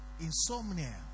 Insomnia